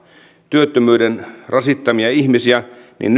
työttömyyden rasittamia ihmisiä hallitusohjelman